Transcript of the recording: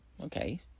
Okay